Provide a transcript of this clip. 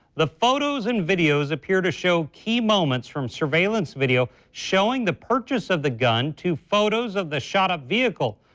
the photos and videos appear to show key moments from surveillance video showing the purchase of the gun to photos of the shot up vehicle.